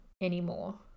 anymore